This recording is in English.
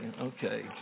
okay